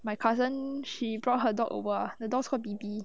my cousin she brought her dog over the dogs called bee bee